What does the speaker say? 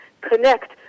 connect